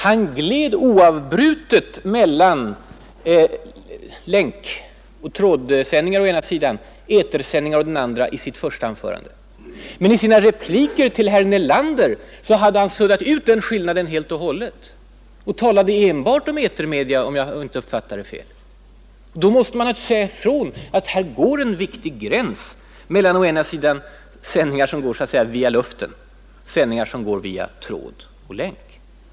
Han gled oavbrutet mellan länkoch trådsändningar å ena sidan, etersändningar å den andra i sitt första anförande. Men i sina repliker till herr Nelander hade han suddat ut den skillnaden helt och hållet och talade enbart om etermedia, om jag inte uppfattade honom fel. Då måste vi naturligtvis säga ifrån, att här existerar en viktig gräns mellan å ena sidan sändningar som går, så att säga, via luften och sändningar via tråd och länk.